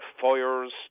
fires